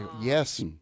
Yes